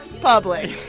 public